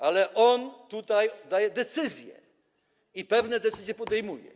Ale on tutaj wydaje decyzje, pewne decyzje podejmuje.